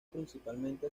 principalmente